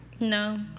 No